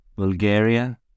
Bulgaria